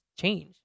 change